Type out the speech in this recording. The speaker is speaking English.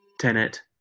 Tenet